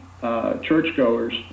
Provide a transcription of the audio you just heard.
churchgoers